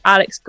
Alex